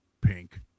Pink